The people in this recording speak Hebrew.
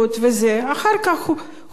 ואחר כך הוא שילם,